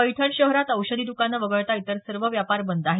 पैठण शहरात औषधी दुकानं वगळता इतर सर्व व्यापार बंद आहेत